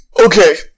Okay